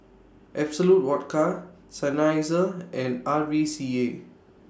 Absolut Vodka Seinheiser and R V C A